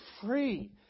free